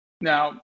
Now